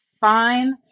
fine